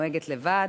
נוהגת לבד,